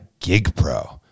GigPro